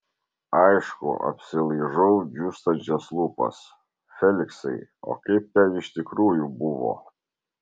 aišku apsilaižau džiūstančias lūpas feliksai o kaip ten iš tikrųjų buvo